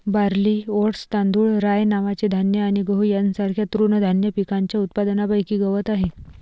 barley, oats, तांदूळ, rye नावाचे धान्य आणि गहू यांसारख्या तृणधान्य पिकांच्या उत्पादनापैकी गवत आहे